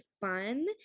fun